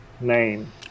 name